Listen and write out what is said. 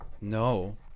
no